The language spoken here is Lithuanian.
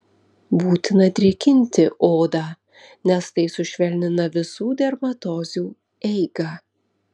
būtina drėkinti odą nes tai sušvelnina visų dermatozių eigą